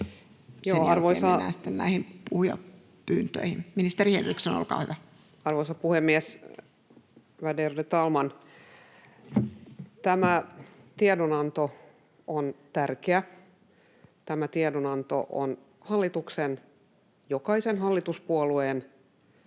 Sen jälkeen mennään sitten näihin puheenvuoropyyntöihin. — Ministeri Henriksson, olkaa hyvä. Arvoisa puhemies, värderade talman! Tämä tiedonanto on tärkeä. Tämä tiedonanto on hallituksen, jokaisen hallituspuolueen,